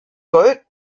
gold